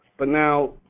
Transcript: but now,